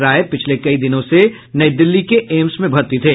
राय पिछले कई दिनों से नई दिल्ली के एम्स में भर्ती थे